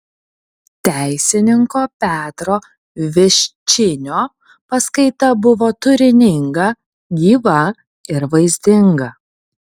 teisininko petro viščinio paskaita buvo turininga gyva ir vaizdinga